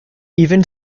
even